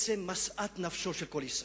משאת נפשו של כל ישראלי.